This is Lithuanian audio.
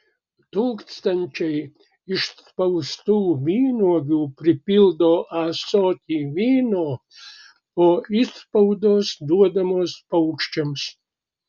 tūkstančiai išspaustų vynuogių pripildo ąsotį vyno o išspaudos duodamos paukščiams